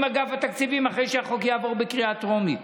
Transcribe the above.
אגף התקציבים אחרי שהחוק יעבור בקריאה טרומית.